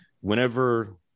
whenever